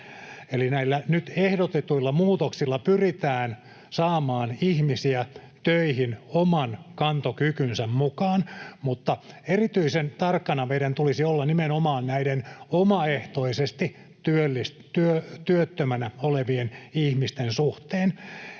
ehdotetuilla muutoksilla pyritään saamaan ihmisiä töihin oman kantokykynsä mukaan, mutta erityisen tarkkana meidän tulisi olla nimenomaan näiden omaehtoisesti työttömänä olevien ihmisten suhteen,